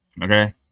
Okay